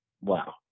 wow